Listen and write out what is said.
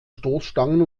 stoßstangen